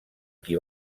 qui